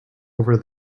over